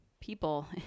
people